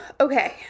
okay